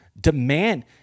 Demand